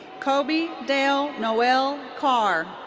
kobe dale noel carr.